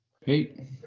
hey